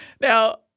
Now